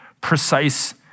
precise